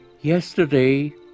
yesterday